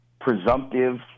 presumptive